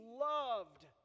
loved